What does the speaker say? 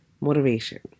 motivation